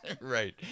Right